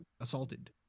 assaulted